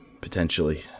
potentially